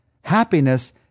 Happiness